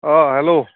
अ hello